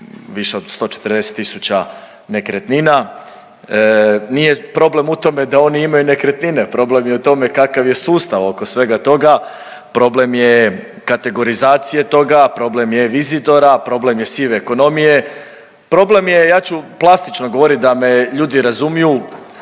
više od 140 000 nekretnina. Nije problem u tome da oni imaju nekretnine, problem je u tome kakav je sustav oko svega toga. Problem je kategorizacije toga, problem je eVisitora, problem je sive ekonomije. Problem je ja ću plastično govoriti da me ljudi razumiju,